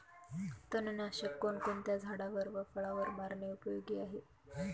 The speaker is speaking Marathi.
तणनाशक कोणकोणत्या झाडावर व फळावर मारणे उपयोगी आहे?